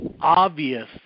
obvious